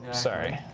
sorry.